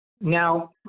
Now